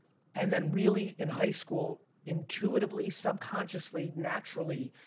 and then really in high school intuitively, subconsciously, naturally,